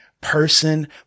person